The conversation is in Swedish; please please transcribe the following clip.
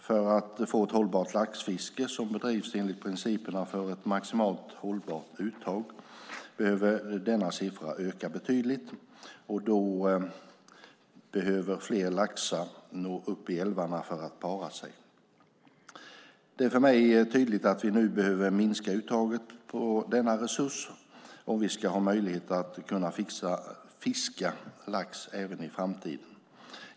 För att få ett hållbart laxfiske, som bedrivs enligt principerna för ett maximalt hållbart uttag, behöver denna siffra öka betydligt, och då behöver fler laxar nå upp i älvarna för att para sig. Det är för mig tydligt att vi nu behöver minska uttaget av denna resurs om vi ska ha möjlighet att kunna fiska lax även i framtiden.